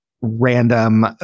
random